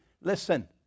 listen